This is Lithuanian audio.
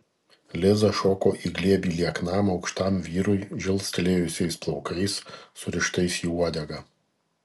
liza šoko į glėbį lieknam aukštam vyrui žilstelėjusiais plaukais surištais į uodegą